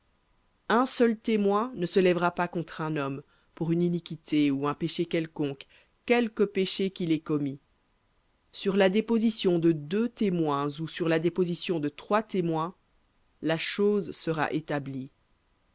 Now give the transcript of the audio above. un seul témoin ne se lèvera pas contre un homme pour une iniquité ou un péché quelconque quelque péché qu'il ait commis sur la déposition de deux témoins ou sur la déposition de trois témoins la chose sera établie